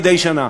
מדי שנה.